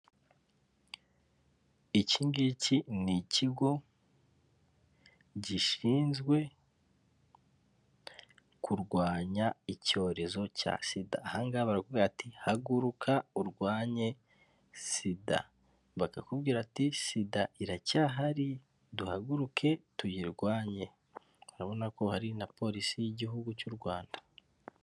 Iki ngiki ni ikigo gishinzwe kurwanya icyorezo cya sida, aha ngaha barakubwira ati haguruka urwanye sida bakakubwira ati sida iracyahari duhaguruke tuyirwanye, urabona ko hari na polisi y'igihugu cy'u Rwanda.